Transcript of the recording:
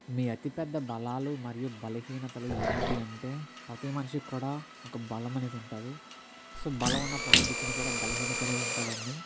మీ అతిపెద్ద బలాలు మరియు బలహీనతలు ఏమిటి అంటే ప్రతి మనిషికి కూడా ఒక బలము అనేది ఉంటుంది సో బలమున్న ప్రతీ దిక్కుని కూడా బలహీనత అనేది ఉంటుంది అండి